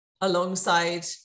alongside